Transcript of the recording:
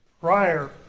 prior